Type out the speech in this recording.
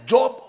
Job